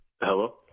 hello